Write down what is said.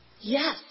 Yes